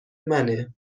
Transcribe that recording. منه